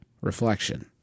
reflection